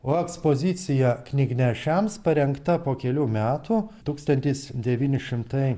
o ekspozicija knygnešiams parengta po kelių metų tūkstantis devyni šimtai